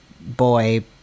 boy